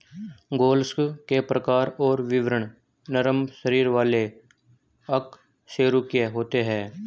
mollusc के प्रकार और विवरण नरम शरीर वाले अकशेरूकीय होते हैं